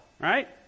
right